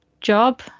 job